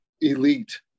elite